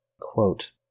quote